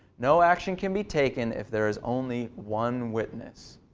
no action can be taken if there is only one witness.